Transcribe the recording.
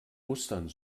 mustern